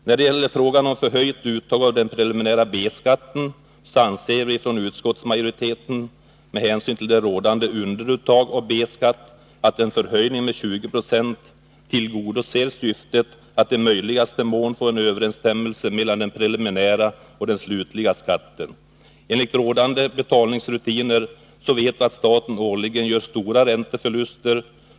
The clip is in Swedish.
När det gäller frågan om ett förhöjt uttag av den preliminära B-skatten, anser vi från utskottsmajoriteten — med hänsyn till det rådande underuttaget av B-skatt— att en förhöjning med 20 96 tillgodoser syftet att i möjligaste mån få en överensstämmelse mellan den preliminära och den slutliga skatten. 117 för att förbättra skatteuppbörden Med rådande betalningsrutiner vet vi att staten årligen gör stora ränteförluster.